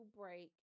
break